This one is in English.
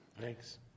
thanks